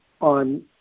on